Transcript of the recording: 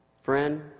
Friend